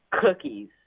Cookies